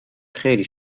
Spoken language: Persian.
خیلی